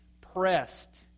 pressed